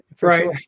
Right